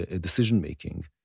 decision-making